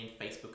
facebook